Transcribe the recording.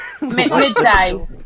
Midday